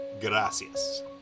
Gracias